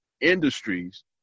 industries